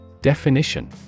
Definition